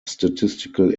statistical